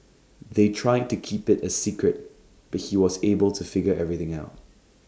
they tried to keep IT A secret but he was able to figure everything out